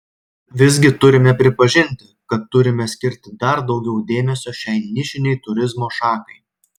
visgi turime pripažinti kad turime skirti dar daugiau dėmesio šiai nišinei turizmo šakai